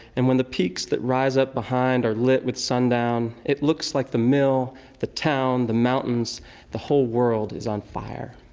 and when the peaks that rise up behind are lit with sundown, it looks like the mill the town the mountains and the whole world is on fire.